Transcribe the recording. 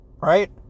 right